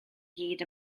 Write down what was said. gyd